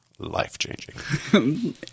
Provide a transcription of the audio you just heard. life-changing